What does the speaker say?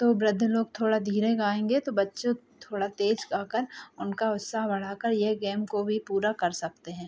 तो वृद्ध लोग थोड़ा धीरे गाएँगे तो बच्चे थोड़ा तेज़ गाकर उनका उत्साह बढ़ाकर यह गेम को भी पूरा कर सकते हैं